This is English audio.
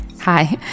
Hi